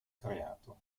creato